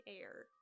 air